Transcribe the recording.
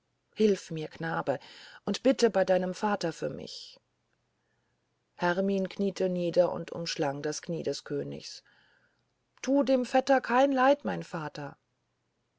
hilf mir knabe und bitte bei deinem vater für mich hermin kniete nieder und umschlang das knie des königs tu dem vetter kein leid mein vater